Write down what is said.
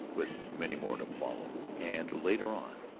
with many more to follow. and later on,